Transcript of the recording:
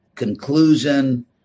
conclusion